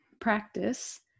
practice